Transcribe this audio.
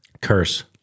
curse